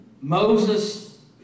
Moses